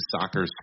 soccer